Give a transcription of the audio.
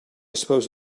suppose